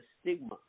stigma